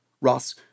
Ross